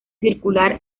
circular